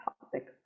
topic